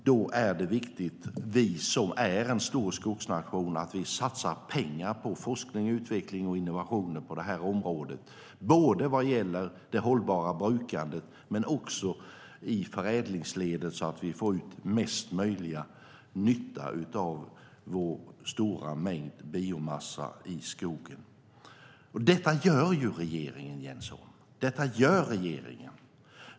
Då är det viktigt att vi som är en stor skogsnation satsar pengar på forskning, utveckling och innovationer på det här området vad gäller både det hållbara brukandet och förädlingsledet så att vi får ut mesta möjliga nytta av den stora mängden biomassa i våra skogar. Detta gör regeringen, Jens Holm.